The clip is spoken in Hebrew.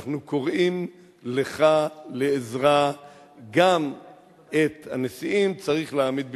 אנחנו קוראים לך לעזרה: גם את הנשיאים צריך להעמיד במקומם.